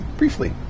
briefly